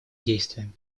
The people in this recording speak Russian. действиям